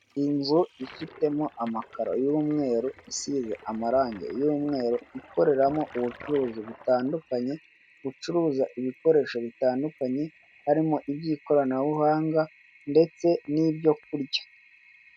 Inzu ifitemo amakaro y'umweru isize amarangi y'umweru, ikoreramo ubucuruzi butandukanye bucuruza ibikoresho bitandukanye, harimo iby'ikoranabuhanga ndetse n'ibyo kurya.